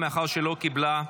אנחנו עוברים להצבעה.